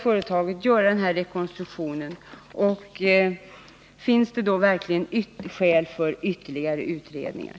Finns det verkligen skäl för ytterligare utredningar?